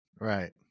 Right